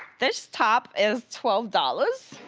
this top is twelve dollars.